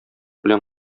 белән